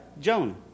Joan